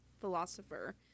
philosopher